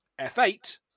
F8